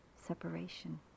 separation